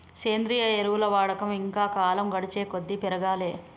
సేంద్రియ ఎరువుల వాడకం ఇంకా కాలం గడిచేకొద్దీ పెరగాలే